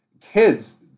Kids